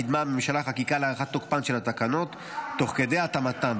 קידמה הממשלה חקיקה להארכת תוקפן של התקנות תוך כדי התאמתן,